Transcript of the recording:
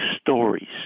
Stories